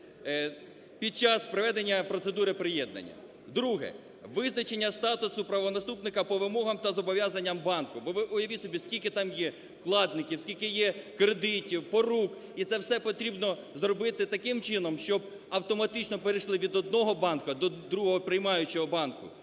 під час проведення процедури приєднання. Друге. Визначення статусу правонаступника по вимогам та зобов'язанням банку, бо уявіть собі, скільки там є вкладників, скільки є кредитів, порук, і це все потрібно зробити таким чином, щоб автоматично перейшли від одного банку до другого, приймаючого банку.